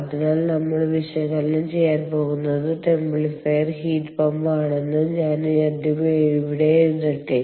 അതിനാൽ നമ്മൾ വിശകലനം ചെയ്യാൻ പോകുന്നത് ടെംപ്ലിഫയർ ഹീറ്റ് പമ്പ് ആണെന്ന് ഞാൻ ആദ്യം ഇവിടെ എഴുതട്ടെ